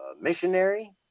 missionary